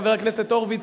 חבר הכנסת הורוביץ,